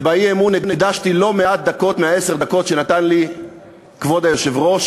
ובאי-אמון הקדשתי לא מעט דקות מעשר הדקות שנתן לי כבוד היושב-ראש,